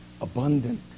abundant